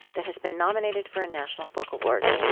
that has been nominated for a national book award.